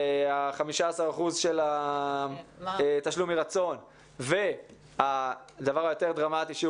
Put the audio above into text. ה-15% של תשלום מרצון והדבר היותר דרמטי שהוא